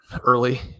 early